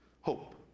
Hope